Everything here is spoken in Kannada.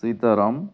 ಸೀತಾರಾಮ್